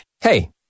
Hey